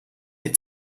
mir